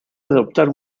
adoptar